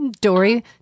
Dory